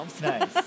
nice